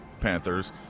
Panthers